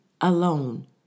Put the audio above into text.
alone